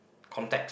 contacts